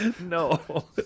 no